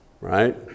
right